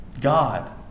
God